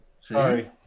Sorry